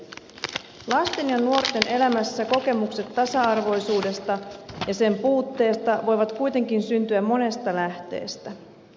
lasten ja nuorten elämässä kokemukset tasa arvoisuudesta ja sen puutteesta voivat kuitenkin syntyä monesta lähteestä